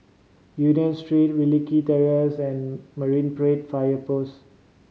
Union Street Wilkie Terrace and Marine Parade Fire Post